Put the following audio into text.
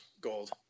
gold